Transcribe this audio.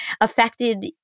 affected